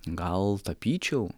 gal tapyčiau